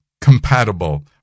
compatible